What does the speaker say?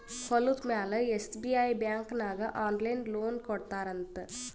ಹೊಲುದ ಮ್ಯಾಲ SBI bank ನಾಗ್ ಆನ್ಲೈನ್ ಲೋನ್ ಕೊಡ್ತಾರ್ ಅಂತ್